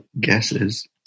guesses